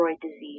disease